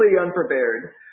unprepared